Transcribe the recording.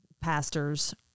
pastors